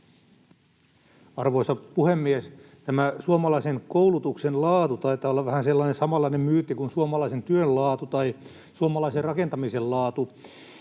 Arvoisa puhemies! Suomalaisen koulutuksen laatu taitaa olla vähän sellainen samanlainen myytti kuin suomalaisen työn laatu tai suomalaisen rakentamisen laatu,